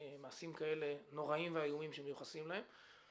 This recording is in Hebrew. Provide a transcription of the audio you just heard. מעשים נוראים ואיומים שמיוחסים להם.